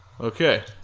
Okay